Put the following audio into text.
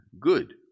good